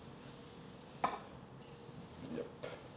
yup